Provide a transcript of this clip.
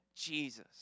Jesus